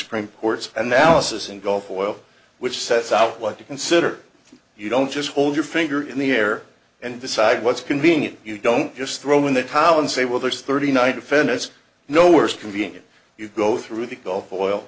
supreme court's analysis in gulf oil which sets out what to consider you don't just hold your finger in the air and decide what's convenient you don't just throw in the towel and say well there's thirty nine fenice no worst convenience you go through the gulf o